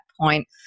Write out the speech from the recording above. point